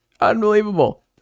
unbelievable